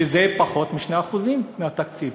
שזה פחות מ-2% מהתקציב.